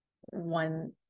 one